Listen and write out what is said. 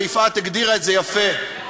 ויפעת הגדירה את זה יפה,